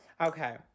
Okay